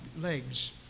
legs